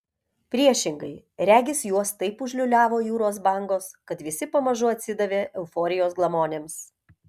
priešingai regis juos taip užliūliavo jūros bangos kad visi pamažu atsidavė euforijos glamonėms